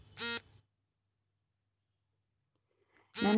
ನನ್ನ cell phone ಅನ್ನು ನಾನು ಹೇಗೆ ರಿಚಾರ್ಜ್ ಮಾಡಬಹುದು?